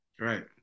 Right